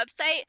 website